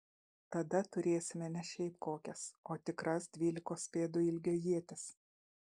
tada turėsime ne šiaip kokias o tikras dvylikos pėdų ilgio ietis